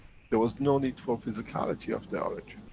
there was no need for physicality of the orange.